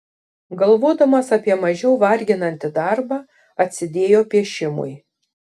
galvodamas apie mažiau varginantį darbą atsidėjo piešimui